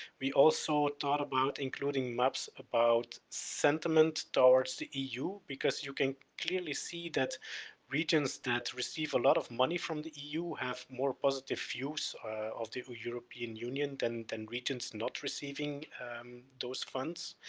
we also thought about including maps about sentiment towards the eu, because you can clearly see that regions that receive a lot of money from the eu have more positive views of the european union than, than regions not receiving those funds.